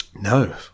No